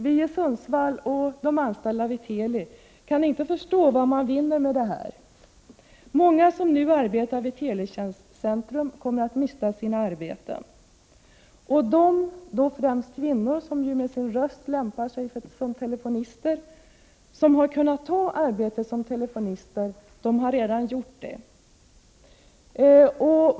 Vi som bor i Sundsvall och de anställda vid Teli kan inte förstå vad man vinner med det där. Många som nu arbetar vi teletjänsteentrum kommer att mista sina arbeten. De kvinnor — det rör sig främst om kvinnor som ju med tanke på rösten lämpar sig bäst som telefonister — som har kunnat ta arbete som telefonist har redan gjort det.